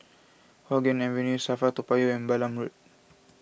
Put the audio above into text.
Hua Guan Avenue Safra Toa Payoh and Balam Road